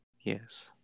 Yes